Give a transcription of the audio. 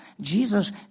Jesus